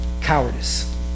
Cowardice